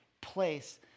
place